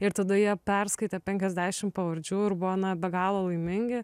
ir tada jie perskaitė penkiasdešim pavardžių ir buvo na be galo laimingi